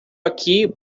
aqui